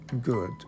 good